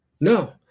No